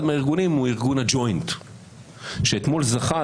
אחד מהארגונים הוא ארגון הג'וינט שאתמול זכה,